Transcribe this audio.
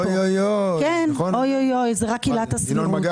זה לא רק עילת הסבירות